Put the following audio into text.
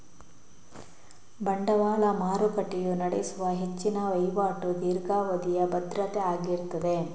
ಬಂಡವಾಳ ಮಾರುಕಟ್ಟೆಯು ನಡೆಸುವ ಹೆಚ್ಚಿನ ವೈವಾಟು ದೀರ್ಘಾವಧಿಯ ಭದ್ರತೆ ಆಗಿರ್ತದೆ